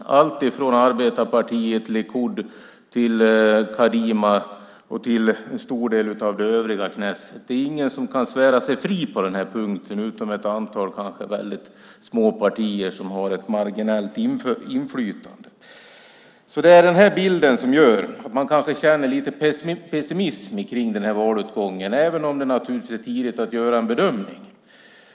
Det gäller alltifrån arbetarpartiet och Likud till Kadima och till en stor del av det övriga Knesset. Det är ingen som kan svära sig fri på den här punkten utom kanske ett antal väldigt små partier som har ett marginellt inflytande. Det är den här bilden som gör att man kanske känner lite pessimism inför den här valutgången, även om det naturligtvis är tidigt att göra en bedömning.